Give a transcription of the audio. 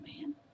man